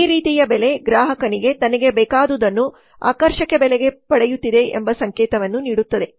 ಈ ರೀತಿಯ ಬೆಲೆ ಗ್ರಾಹಕರಿಗೆ ತನಗೆ ಬೇಕಾದುದನ್ನು ಆಕರ್ಷಕ ಬೆಲೆಗೆ ಪಡೆಯುತ್ತಿದೆ ಎಂಬ ಸಂಕೇತವನ್ನು ನೀಡುತ್ತದೆ